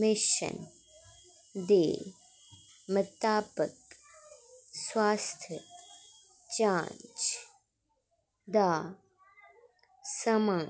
mission दे मताबक स्वास्थ जांच दा समां